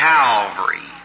Calvary